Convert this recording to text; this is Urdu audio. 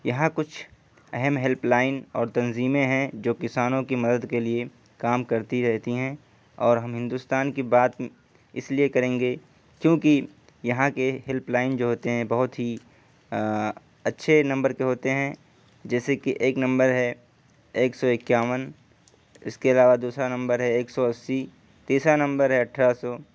یہاں کچھ اہم ہیلپ لائنس اور تنظیمیں ہیں جو کسانوں کی مدد کے لیے کام کرتی رہتی ہیں اور ہم ہندوستان کی بات اس لیے کریں گے کیونکہ یہاں کے ہیلپ لائنس جو ہوتے ہیں بہت ہی اچھے نمبر کے ہوتے ہیں جیسے کہ ایک نمبر ہے ایک سو اکیاون اس کے علاوہ دوسرا ںمبر ہے ایک سو اسی تیسرا نمبر ہے اٹھارہ سو